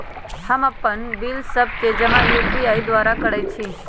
हम अप्पन बिल सभ के जमा यू.पी.आई द्वारा करइ छी